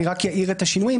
אני רק אאיר את השינויים.